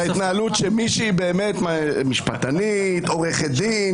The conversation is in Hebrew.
להתנהלות של מי שהיא משפטנית, עורכת דין.